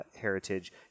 heritage